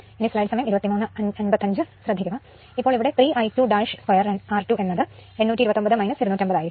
അപ്പോൾ ഇവിടെ 3 I2 2 r 2 എന്ന് ഉള്ളത് 829 250 ആയിരിക്കും